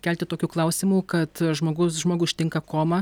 kelti tokių klausimų kad žmogus žmogų ištinka koma